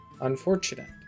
unfortunate